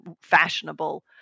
fashionable